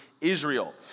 Israel